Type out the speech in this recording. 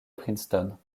princeton